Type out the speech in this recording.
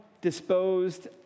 disposed